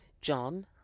John